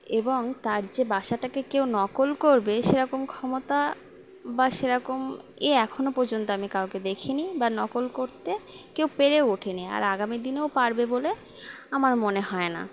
এবং তার যে বাসাটাকে কেউ নকল করবে সেরকম ক্ষমতা বা সেরকম এ এখনো পর্যন্ত আমি কাউকে দেখি নি বা নকল করতে কেউ পেরে ওঠেনি আর আগামী দিনেও পারবে বলে আমার মনে হয় না